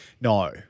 No